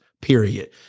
period